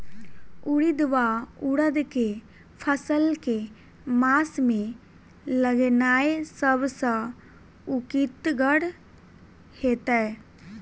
उड़ीद वा उड़द केँ फसल केँ मास मे लगेनाय सब सऽ उकीतगर हेतै?